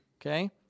Okay